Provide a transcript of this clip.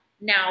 now